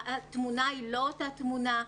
התמונה היא לא אותה תמונה.